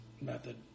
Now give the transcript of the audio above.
method